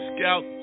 Scout